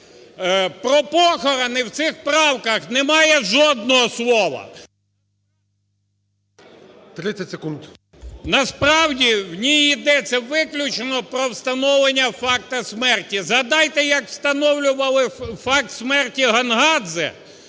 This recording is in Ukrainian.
Про похорони в цих правках немає жодного слова. ГОЛОВУЮЧИЙ. 30 секунд. МОСІЙЧУК І.В. Насправді в ній йдеться виключно про встановлення факту смерті, згадайте, як встановлювали факт смерті Гонгадзе